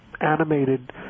animated